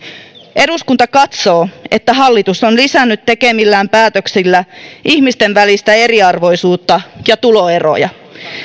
eduskunta katsoo että hallitus on lisännyt tekemillään päätöksillä ihmisten välistä eriarvoisuutta ja tuloeroja